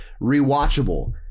rewatchable